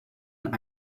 and